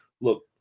look